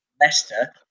Leicester